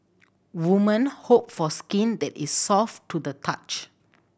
woman hope for skin that is soft to the touch